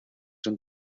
son